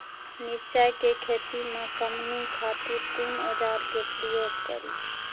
मिरचाई के खेती में कमनी खातिर कुन औजार के प्रयोग करी?